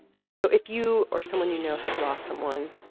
and so if you or someone you know has lost someone,